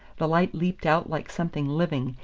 the light leaped out like something living,